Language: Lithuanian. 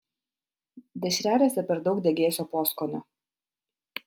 dešrelėse per daug degėsio poskonio